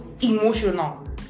emotional